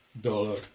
dollar